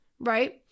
right